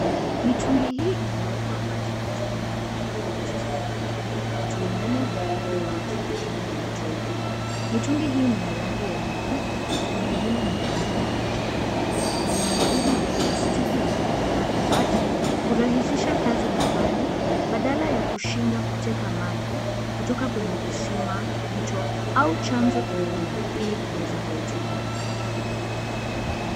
Mitungi hii inawekwa maji kutumia bomba la plastiki. Watu wengine huhifadhi maji kutumia mitungi. Mitungi hii ni ya rangi ya buluu na mengine ni ya rangi ya manjano. Vyombo hivi vya plastiki vya kuhifadhi maji hurahisisha kazi nyumbani badala ya kushida kuteka maji kutoka kwenye kisima, mto au chanzo kingine, ilikuweza kuitumia.